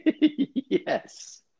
Yes